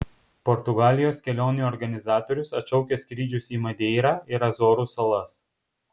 portugalijos kelionių organizatorius atšaukia skrydžius į madeirą ir azorų salas